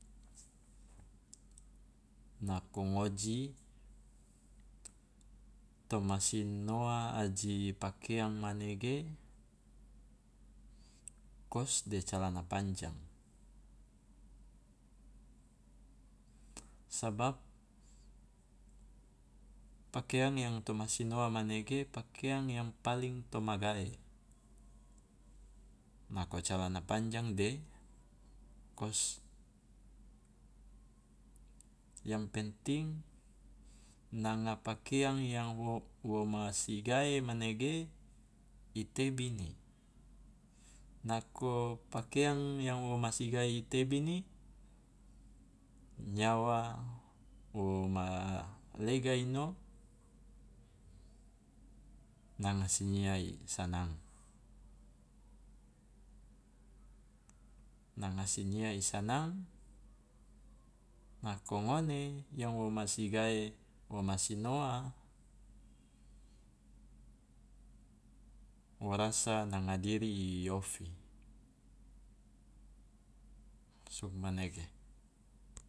Nako ngoji, to ma sinoa aji pakeang manege kos de calana panjang, sabab pakeang yang to masi noa manege pakeang yang paling to magae, nako calana panjang de kos, yang penting nanga pakeang yang wo wo ma sigae manege i tebini, nako pakeang yang wo ma sigae i tebini nyawa wo ma lega ino nanga sinyia i sanang, nanga sinyia i sanang nako ngone yang wo masigae wo ma sinoa wo rasa nanga diri i ofi, sugmanege.